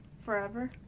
Forever